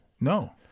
No